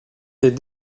des